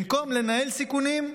במקום לנהל סיכונים,